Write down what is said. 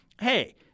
Hey